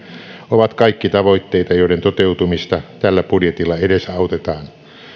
ovat kaikki tavoitteita joiden toteutumista tällä budjetilla edesautetaan